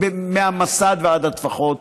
מהמסד ועד הטפחות,